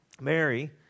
Mary